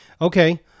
Okay